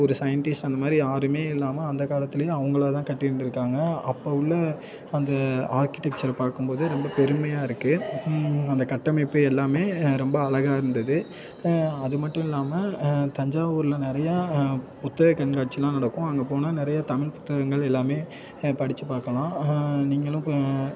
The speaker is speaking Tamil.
ஒரு சயின்டிஸ்ட் அந்த மாதிரி யாருமே இல்லாமல் அந்த காலத்திலேயே அவங்களா தான் கட்டியிருந்துருக்காங்க அப்போ உள்ள அந்த ஆர்கிடெக்ச்சரை பார்க்கும் போது ரொம்ப பெருமையாக இருக்குது அந்த கட்டமைப்பு எல்லாமே ரொம்ப அழகா இருந்தது அது மட்டுல்லாமல் தஞ்சாவூரில் நிறையா புத்தகக் கண்காட்சியெலாம் நடக்கும் அங்கே போனால் நிறைய தமிழ் புத்தகங்கள் எல்லாமே படித்து பார்க்கலாம் நீங்களும் போய்